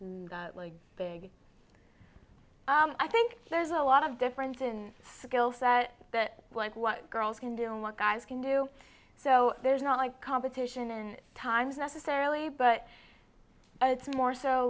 like i think there's a lot of difference in skill set that like what girls can do and what guys can do so there's not like competition in times necessarily but it's more so